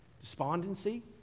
Despondency